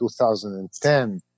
2010